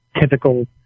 typical